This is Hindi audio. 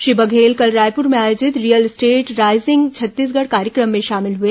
श्री बघेल कल रायपुर में आयोजित रियल एस्टेट राईजिंग छत्तीसगढ़ कार्यक्रम में शामिल हुए